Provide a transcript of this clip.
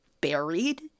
buried